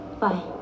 Bye